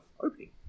opening